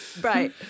Right